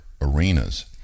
arenas